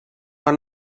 han